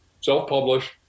self-published